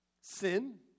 Sin